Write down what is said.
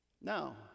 Now